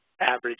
average